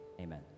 amen